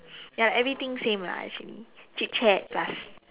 ya everything same lah actually chit chat plus